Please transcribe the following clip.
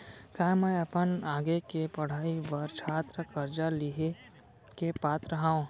का मै अपन आगे के पढ़ाई बर छात्र कर्जा लिहे के पात्र हव?